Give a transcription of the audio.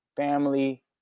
family